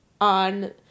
on